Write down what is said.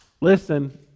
listen